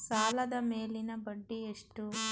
ಸಾಲದ ಮೇಲಿನ ಬಡ್ಡಿ ಎಷ್ಟು?